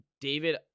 David